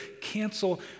Cancel